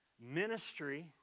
Ministry